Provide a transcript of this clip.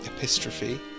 Epistrophe